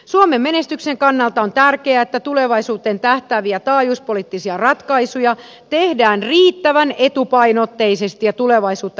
suomen menestyksen kannalta on tärkeää että tulevaisuuteen tähtääviä taajuuspoliittisia ratkaisuja tehdään riittävän etupainotteisesti ja tulevaisuutta ennakoiden